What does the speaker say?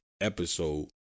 episode